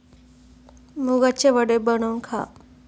मुगाचे वडे बनवून खा